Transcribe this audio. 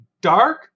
dark